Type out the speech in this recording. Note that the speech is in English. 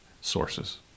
sources